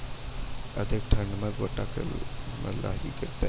अधिक ठंड मे गोटा मे लाही गिरते?